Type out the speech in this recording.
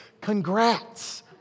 Congrats